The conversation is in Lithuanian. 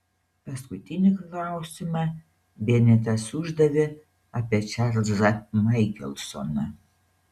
paskutinį klausimą benetas uždavė apie čarlzą maikelsoną